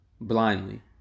blindly